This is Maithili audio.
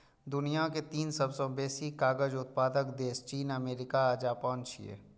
दुनिया के तीन सबसं बेसी कागज उत्पादक देश चीन, अमेरिका आ जापान छियै